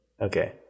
Okay